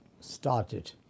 started